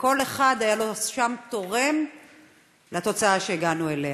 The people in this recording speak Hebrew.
וכל אחד שם תרם לתוצאה שהגענו אליה.